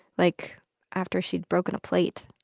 like after she'd broken a plate,